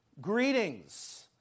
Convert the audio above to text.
Greetings